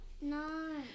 No